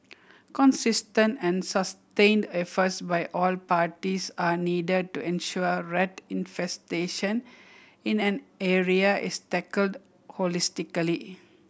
consistent and sustained efforts by all parties are needed to ensure rat infestation in an area is tackled holistically